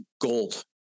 gold